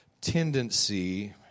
tendency